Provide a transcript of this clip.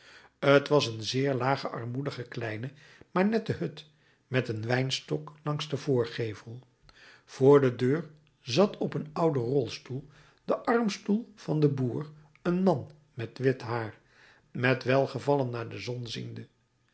t was een zeer lage armoedige kleine maar nette hut met een wijnstok langs den voorgevel vr de deur zat op een ouden rolstoel den armstoel van den boer een man met wit haar met welgevallen naar de zon ziende